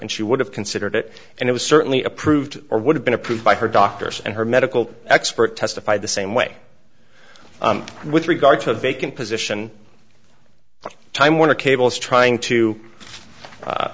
and she would have considered it and it was certainly approved or would have been approved by her doctors and her medical expert testified the same way with regard to a vacant position time warner cable is trying to